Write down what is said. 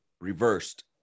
reversed